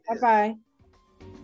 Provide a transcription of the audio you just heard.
Bye-bye